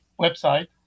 website